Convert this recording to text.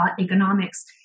economics